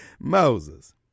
moses